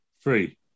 Three